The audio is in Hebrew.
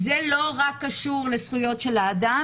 זה לא קשור רק לזכויות של האדם,